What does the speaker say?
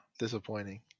disappointing